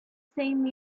same